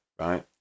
right